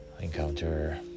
encounter